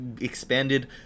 expanded